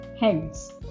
Hence